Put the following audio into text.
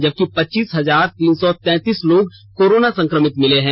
जबकि पच्चीस हजार तीन सौ तैंतीस लोग कोरोना संक्रमित मिले हैं